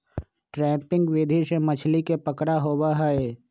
trapping विधि से मछली के पकड़ा होबा हई